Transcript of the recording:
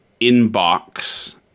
inbox